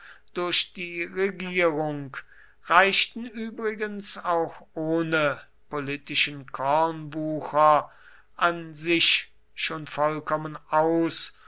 durch die regierung reichten übrigens auch ohne politischen kornwucher an sich schon vollkommen aus